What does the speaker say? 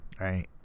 right